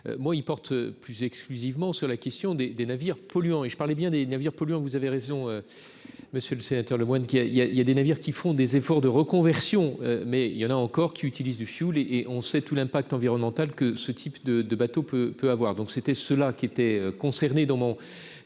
moi ils portent plus exclusivement sur la question des des navires polluant et je parlais bien des navires polluants, vous avez raison, Monsieur le Sénateur Lemoine qui a, il y a, il y a des navires qui font des efforts de reconversion, mais il y en a encore qui utilisent du fioul et et on sait tous, l'impact environnemental, que ce type de de bateau peut peut avoir donc c'était cela qui étaient concernés dans mon